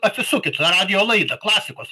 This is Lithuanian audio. atsisukit ra radijo laidą klasikos